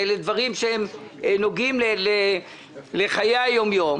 אלה דברים שנוגעים לחיי היום-יום,